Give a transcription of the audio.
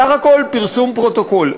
בסך הכול פרסום פרוטוקול.